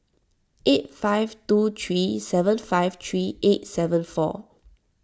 eight five two three seven five three eight seven four